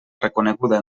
reconeguda